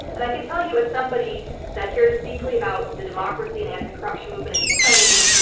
and i can tell you as somebody that cares deeply about the democracy and anti-corruption movement in ukraine,